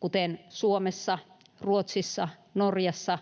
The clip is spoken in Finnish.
kuten Suomessa, Ruotsissa ja Norjassa,